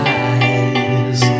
eyes